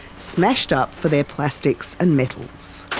smashed up for their plastics and metals.